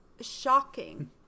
shocking